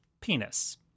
penis